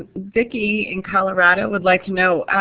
vicki in colorado would like to know,